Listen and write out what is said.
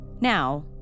Now